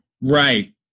Right